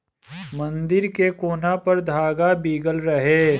मंदिर के कोना पर धागा बीगल रहे